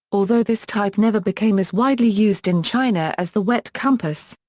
although this type never became as widely used in china as the wet compass.